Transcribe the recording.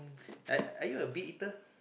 are are you a big eater